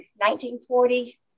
1940